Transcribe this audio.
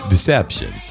deception